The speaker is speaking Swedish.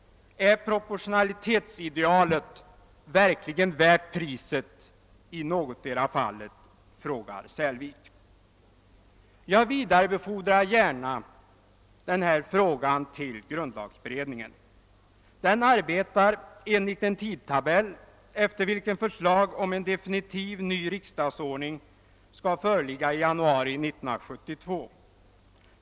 Är proportionalitetsidealet verkligen värt priset i någotdera fallet, frågar Särlevik. Jag vidarebefordrar gärna frågan till grundlagberedningen. Den arbetar enligt en tidtabell enligt vilken förslag om en definitiv ny riksdagsordning skall föreligga i januari 1972.